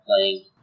playing